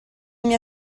mia